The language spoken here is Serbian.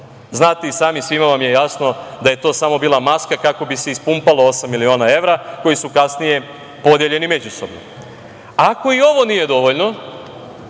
Znate i sami, svima vam je jasno da je to samo bila maska kako bi se ispumpalo osam miliona evra koji su kasnije podeljeni međusobno. Ako i ovo nije dovoljno,